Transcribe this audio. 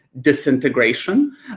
disintegration